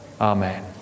Amen